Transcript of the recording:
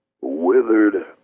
withered